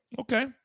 Okay